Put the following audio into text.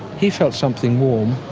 he felt something warm